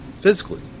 physically